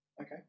Okay